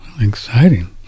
exciting